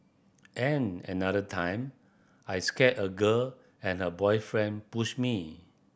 and another time I scared a girl and her boyfriend pushed me